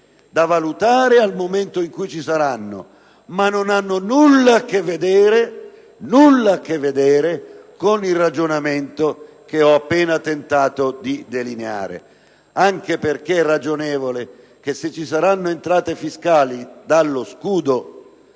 da valutare nel momento in cui ci saranno, ma non hanno nulla a che vedere con il ragionamento che ho tentato di delineare. Infatti, è ragionevole pensare che se ci saranno entrate fiscali dallo scudo,